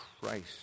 Christ